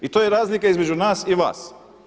I to je razlika između nas i vas.